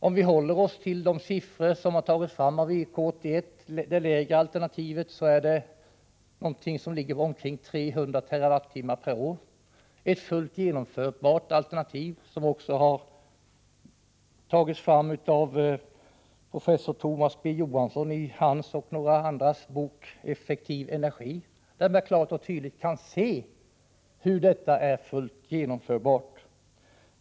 Om vi håller oss till de siffror som har tagits fram av EK 81, det lägre alternativet, så finner vi att det gäller omkring 300 TWh per år. Det är ett alternativ som också har tagits fram av professor Thomas B. Johansson i hans och några andras bok Effektiv energi, där man klart och tydligt kan se hur detta är fullt genomförbart.